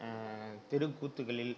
தெருக்கூத்துக்களில்